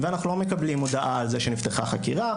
ואנחנו לא מקבלים הודעה על זה שנפתחה חקירה.